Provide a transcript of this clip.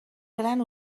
gran